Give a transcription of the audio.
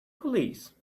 police